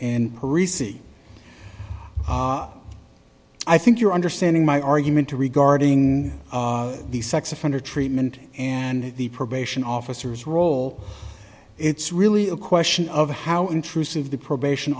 parisite i think you're understanding my argument to regarding the sex offender treatment and the probation officers role it's really a question of how intrusive the probation